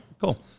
cool